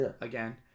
again